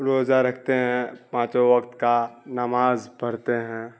روزہ رکھتے ہیں پانچوں وقت کا نماز پڑھتے ہیں